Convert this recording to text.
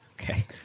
Okay